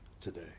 today